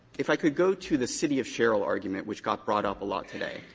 if i could go to the city of sherrill argument, which got brought up a lot today.